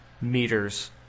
meters